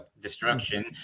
destruction